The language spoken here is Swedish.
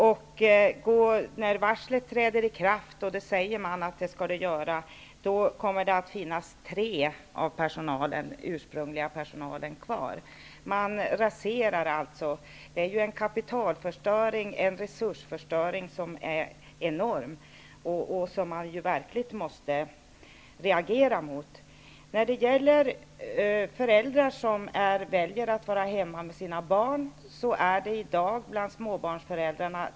Om nu varslen blir verklighet -- och man har sagt att det skall de göra -- då kommer tre personer av den ursprungliga personalen att finnas kvar. Allt raseras. Det är en enorm kapitalförstöring och resursförstöring, och det måste man verkligen reagera mot. Föräldrar som väljer att vara hemma med sina småbarn utgör i dag 10 % av småbarnsföräldrarna.